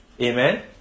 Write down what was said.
amen